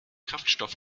kraftstoff